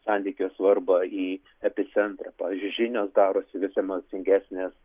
santykio svarbą į epicentrą pavyzdžiui žinios darosi vis emocingesnės